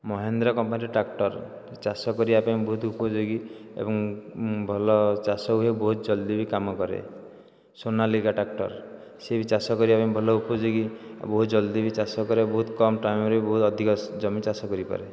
ମହିନ୍ଦ୍ରା କମ୍ପାନୀର ଟ୍ରାକ୍ଟର ଚାଷ କରିବା ପାଇଁ ବହୁତ ଉପଯୋଗୀ ଏବଂ ଭଲ ଚାଷ ହୁଏ ବହୁତ ଜଲଦି ବି କାମ କରେ ସୋନାଲିକା ଟ୍ରାକ୍ଟର ସିଏ ବି ଚାଷ କରିବା ପାଇଁ ଭଲ ଉପଯୋଗୀ ବହୁ ଜଲଦି ବି ଚାଷ କରେ ବହୁତ କମ୍ ଟାଇମ୍ରେ ବହୁତ ଅଧିକା ଜମି ଚାଷ କରିପାରେ